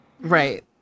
Right